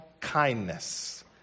kindness